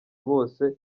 bose